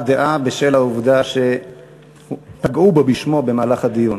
דעה בשל העובדה שפגעו בו בשמו במהלך הדיון.